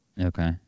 Okay